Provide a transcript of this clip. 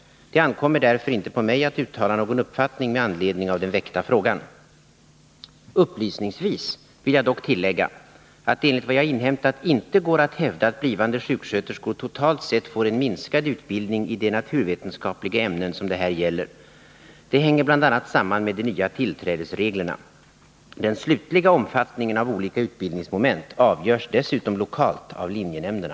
Det ankommer därför inte på mig att uttala någon uppfattning med anledning av den framställda frågan. Upplysningsvis vill jag dock tillägga att det enligt vad jag inhämtat inte går att hävda att blivande sjuksköterskor totalt sett får en minskad utbildning i de naturvetenskapliga ämnen som det här gäller. Det hänger bl.a. samman med de nya tillträdesreglerna. Den slutliga omfattningen av olika utbildningsmoment avgörs dessutom lokalt av linjenämnderna.